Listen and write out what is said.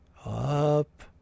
Up